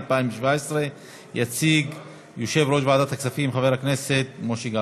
התשע"ז 2017. יציג אותה יושב-ראש ועדת הכספים חבר הכנסת משה גפני.